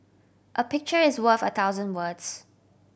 a picture is worth a thousand words